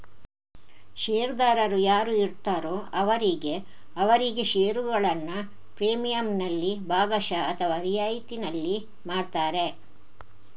ಷೇರುದಾರರು ಯಾರು ಇರ್ತಾರೋ ಅವರಿಗೆ ಅವರಿಗೆ ಷೇರುಗಳನ್ನ ಪ್ರೀಮಿಯಂನಲ್ಲಿ ಭಾಗಶಃ ಅಥವಾ ರಿಯಾಯಿತಿನಲ್ಲಿ ಮಾರ್ತಾರೆ